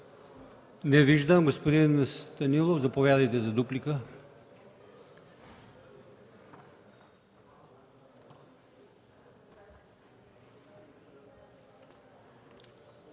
Не виждам. Господин Станилов, заповядайте за дуплика.